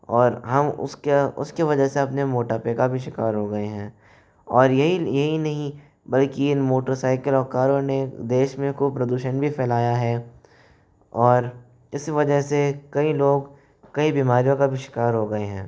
और हम उसका उसकी वजह से अपने मोटापे का भी शिकार हो गए हैं और ये ही ये ही नहीं बल्कि ये मोटरसाइकिल और कारों ने देश में खूब प्रदूषण भी फैलाया है और इस वजह से कई लोग कई बीमारियों का भी शिकार हो गए हैं